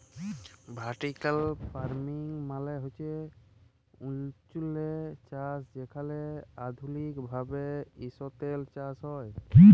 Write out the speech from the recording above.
vertical farming মালে হছে উঁচুল্লে চাষ যেখালে আধুলিক ভাবে ইসতরে চাষ হ্যয়